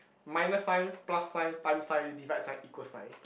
minus sign plus sign time sign divide sign equal sign